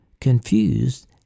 confused